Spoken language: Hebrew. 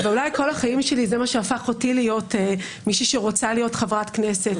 אולי כל החיים שלי זה מה שהפך אותי להיות מישהי שרוצה להיות חברת כנסת,